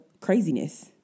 craziness